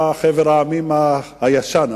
אתה מחבר העמים הישן.